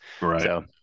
Right